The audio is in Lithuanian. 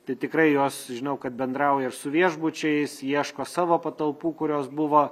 tai tikrai jos žinau kad bendrauja ir su viešbučiais ieško savo patalpų kurios buvo